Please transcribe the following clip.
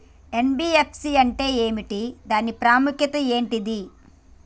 NBFC అంటే ఏమిటి దాని ప్రాముఖ్యత ఏంటిది?